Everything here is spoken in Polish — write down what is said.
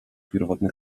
pierwotny